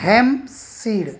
hemp seed